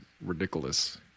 ridiculous